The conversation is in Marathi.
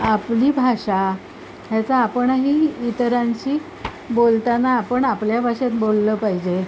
आपली भाषा ह्याचा आपणही इतरांशी बोलताना आपण आपल्या भाषेत बोललं पाहिजे